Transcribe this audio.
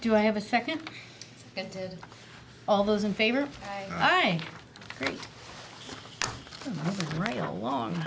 do i have a second and did all those in favor right right along